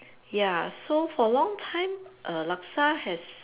ya so for long time err laksa has